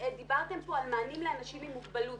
דיברתם כאן על מענים לאנשים עם מוגבלות.